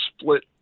split